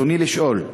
ברצוני לשאול: